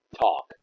talk